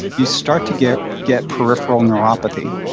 you start to get get peripheral neuropathy.